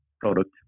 product